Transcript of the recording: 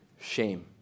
Shame